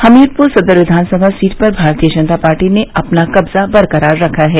हमीरपुर सदर विधानसभा सीट पर भारतीय जनता पार्टी ने अपना कब्जा बरकरार रखा है